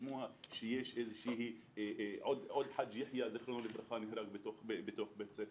שיש עוד חאג' יחיא ז"ל שנרצח בתוך בית ספר,